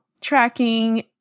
tracking